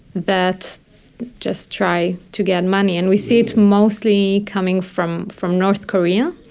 that just try to get money and we see it mostly coming from, from north korea,